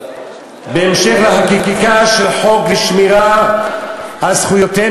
בהמשך החקיקה של החוק לשמירה על זכויותיהם